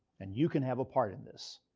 and you can have a part in this.